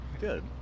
Good